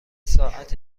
ساعت